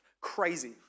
Crazy